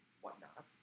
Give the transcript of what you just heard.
whatnot